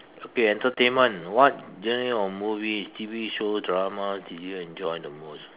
okay entertainment what genre of movies T_V shows dramas did you enjoy the most